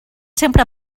sempre